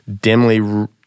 dimly